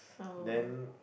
then